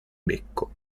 becco